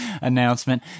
announcement